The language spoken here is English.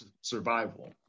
survival